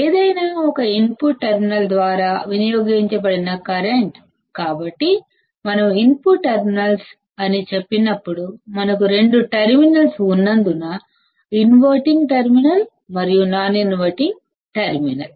ఏదైనా ఒక input terminal ద్వారా వినియోగించ బడిన కరెంట్ కాబట్టి మనం ఇన్పుట్ టెర్మినల్స్ అని చెప్పినప్పుడు మనకు రెండు టెర్మినల్స్ ఉన్నాయి ఇన్వర్టింగ్ టెర్మినల్ మరియు నాన్ ఇన్వర్టింటెర్మినల్